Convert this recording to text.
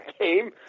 game